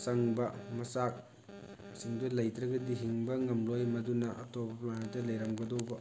ꯆꯪꯕ ꯃꯆꯥꯛꯁꯤꯡꯗꯨ ꯂꯩꯇ꯭ꯔꯒꯗꯤ ꯍꯤꯡꯕ ꯉꯝꯂꯣꯏ ꯃꯗꯨꯅ ꯑꯇꯣꯞꯄ ꯄ꯭ꯂꯦꯅꯦꯠꯇ ꯂꯩꯔꯝꯒꯗꯧꯕ